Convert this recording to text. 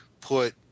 put